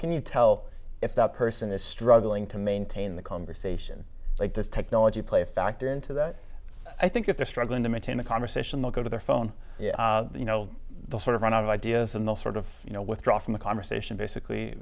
can you tell if that person is struggling to maintain the conversation does technology play a factor into that i think if they're struggling to maintain the conversation they'll go to their phone you know the sort of ran out of ideas and they'll sort of you know withdraw from the conversation basically